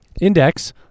index